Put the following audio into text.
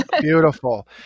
Beautiful